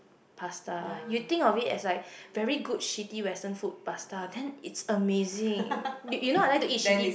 pasta you think of it as like very good shitty western food pasta then it's amazing you you know I like to eat shitty